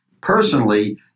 personally